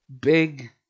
big